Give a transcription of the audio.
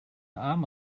arm